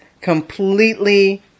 completely